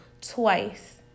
twice